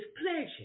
pleasure